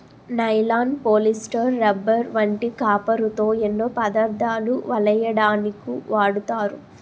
nylon, polyester, rubber వంటి కాపరుతో ఎన్నో పదార్ధాలు వలెయ్యడానికు వాడతారు